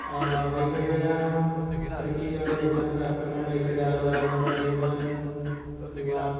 वेगवेगळ्या परकीय लोकांचं आक्रमण वगैरे झालं उदाहरणार्थ यवन किंवा